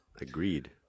Agreed